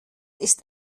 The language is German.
ist